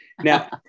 Now